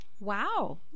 Wow